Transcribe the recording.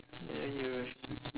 ya you're rushing